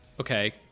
Okay